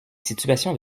situations